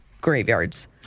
graveyards